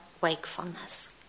wakefulness